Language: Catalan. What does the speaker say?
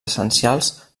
essencials